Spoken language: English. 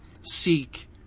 seek